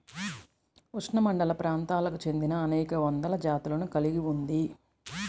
ఉష్ణమండలప్రాంతాలకు చెందినఅనేక వందల జాతులను కలిగి ఉంది